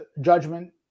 Judgment